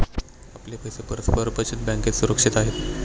आपले पैसे परस्पर बचत बँकेत सुरक्षित आहेत